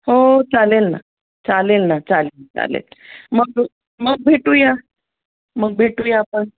हो चालेल ना चालेल ना चालेल चालेल मग मग भेटूया मग भेटूया आपण